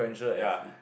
ya